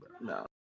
No